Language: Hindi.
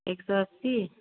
एक सौ अस्सी